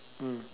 mm